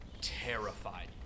terrified